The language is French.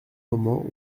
moment